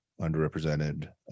underrepresented